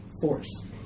force